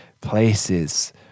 places